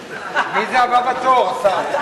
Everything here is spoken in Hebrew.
מי זה הבא בתור, השר?